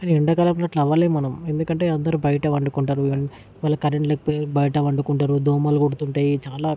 కానీ ఎండకాలంలో అట్లా అవ్వలేము మనం ఎందుకంటే అందరూ బయట పండుకుంటారు వాళ్ళకి కరెంట్ లేకపోయి బయట పండుకుంటారు దోమలు కుడుతుంటాయి చాలా